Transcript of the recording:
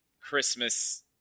Christmas